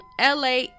LA